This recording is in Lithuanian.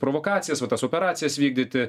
provokacijas va tas operacijas vykdyti